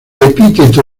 epíteto